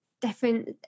different